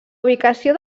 ubicació